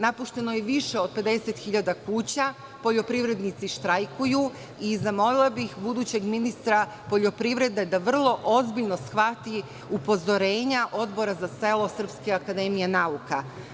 Napušteno je više od 50 hiljada kuća, poljoprivrednici štrajkuju i zamolila bih budućeg ministra poljoprivrede da vrlo ozbiljno shvati upozorenja Odbora za selo SANU.